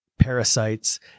parasites